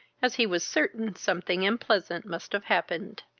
as he was certain something unpleasant must have happened.